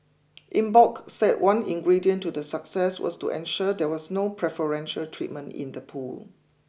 Eng Bock said one ingredient to the success was to ensure there was no preferential treatment in the pool